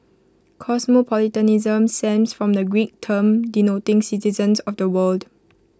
cosmopolitanism stems from the Greek term denoting citizen of the world